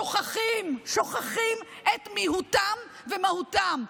שוכחים את מיהותם ומהותם.